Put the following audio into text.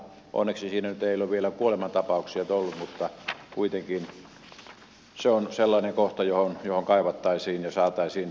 onneksi siinä nyt ei ole vielä kuolemantapauksia ollut mutta kuitenkin se on sellainen kohta johon kaivattaisiin ja selkeyttä